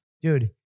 Dude